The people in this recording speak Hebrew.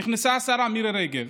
נכנסה השרה מירי רגב,